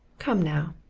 come, now!